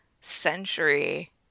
century